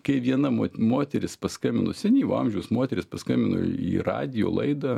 kai viena mot moteris paskambino senyvo amžiaus moteris paskambino į radijo laidą